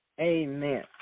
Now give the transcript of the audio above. Amen